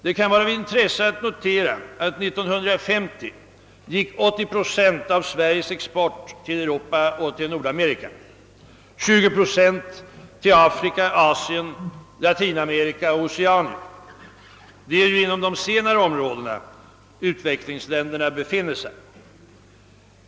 Det kan vara av intresse att notera att år 1950 80 procent av Sveriges export gick till Europa och Nordamerika mot 20 procent till Afrika, Asien, Latinamerika och Oceanien; det är ju inom de senare områdena utvecklingsländerna befinner sig.